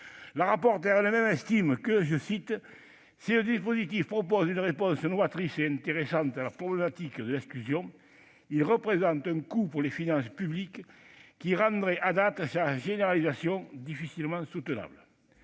la rapporteure elle-même estime que, si le dispositif « propose une réponse novatrice et intéressante à la problématique de l'exclusion », il « représente un coût pour les finances publiques » qui rendrait, à date, « sa généralisation difficilement soutenable ».